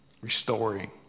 restoring